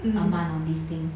a month on these things